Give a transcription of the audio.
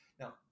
Now